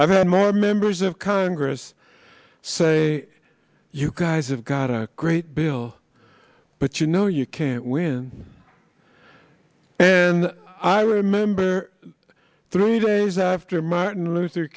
i've had more members of congress say you cries of god a great bill but you know you can't win and i remember three days after martin luther